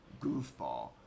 goofball